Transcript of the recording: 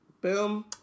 Boom